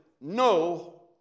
no